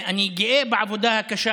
אני גאה בעבודה הקשה,